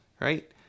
right